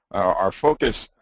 our focus,